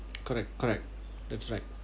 correct correct that's right